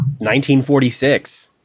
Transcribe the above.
1946